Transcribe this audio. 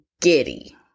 giddy